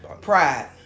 Pride